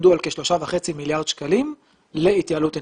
יעמדו על כ-3.5 מיליארד שקלים להתייעלות אנרגטית.